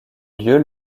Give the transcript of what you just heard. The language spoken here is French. lieux